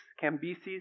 Cambyses